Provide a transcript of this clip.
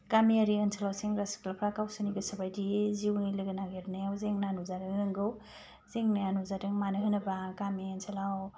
गामियारि ओनसोलाव सेंग्रा सिख्लाफ्रा गावसोरनि गोसो बादियै जिउनि लोगो नागिरनायाव जेंना नुजानो रोंगौ जेंनाया नुजादों मानो होनोबा गामि ओनसोलाव